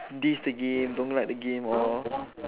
diss the game don't like the game all